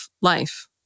life